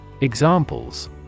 Examples